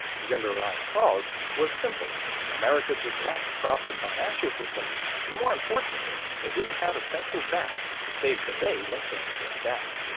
the underlying cause was simple america just lacked a proper financial system and more importantly, it didn't have a central bank to save the day when things turned bad.